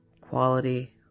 quality